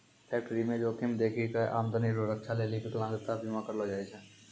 फैक्टरीमे जोखिम देखी कय आमदनी रो रक्षा लेली बिकलांता बीमा करलो जाय छै